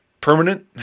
Permanent